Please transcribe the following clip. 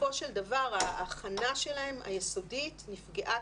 בסופו של דבר ההכנה היסודית שלהם נפגעה